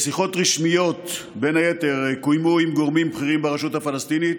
שיחות רשמיות קוימו בין היתר עם גורמים בכירים ברשות הפלסטינית,